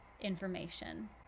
information